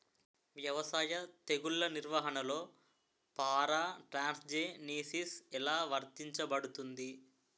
వ్యవసాయ తెగుళ్ల నిర్వహణలో పారాట్రాన్స్జెనిసిస్ఎ లా వర్తించబడుతుంది?